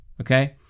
Okay